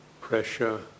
pressure